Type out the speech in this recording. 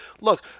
look